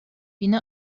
بینه